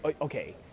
okay